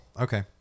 Okay